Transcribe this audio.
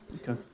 Okay